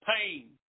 pain